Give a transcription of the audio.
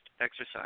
exercise